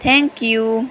thank you